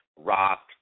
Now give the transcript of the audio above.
rock